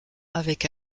avec